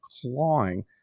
clawing